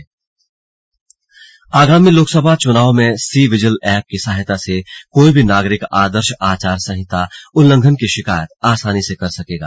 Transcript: slug C vigil app आगामी लोकसभा चुनाव में सी विजिल एप की सहायता से कोई भी नागरिक आदर्श आचार संहिता उल्लंघन की शिकायत आसानी से कर सकेगा